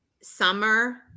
Summer